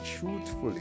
truthfully